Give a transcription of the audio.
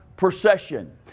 procession